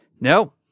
No